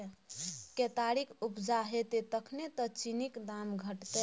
केतारीक उपजा हेतै तखने न चीनीक दाम घटतै